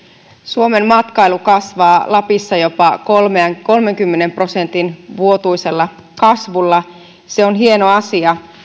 suomen matkailu kasvaa lapissa jopa kolmenkymmenen prosentin vuotuisella vauhdilla se on hieno asia